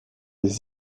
des